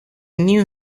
knew